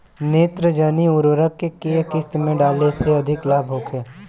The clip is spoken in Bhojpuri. नेत्रजनीय उर्वरक के केय किस्त में डाले से अधिक लाभ होखे?